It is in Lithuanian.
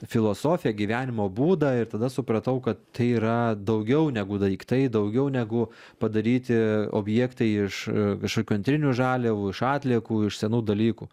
filosofiją gyvenimo būdą ir tada supratau kad tai yra daugiau negu daiktai daugiau negu padaryti objektai iš kažkokių antrinių žaliavų iš atliekų iš senų dalykų